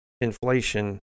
inflation